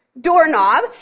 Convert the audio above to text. doorknob